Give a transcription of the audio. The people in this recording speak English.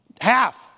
Half